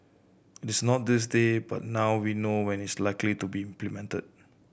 it is not this day but now we know when it's likely to be implemented